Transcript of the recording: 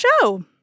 show